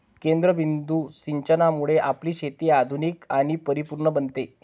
केंद्रबिंदू सिंचनामुळे आपली शेती आधुनिक आणि परिपूर्ण बनते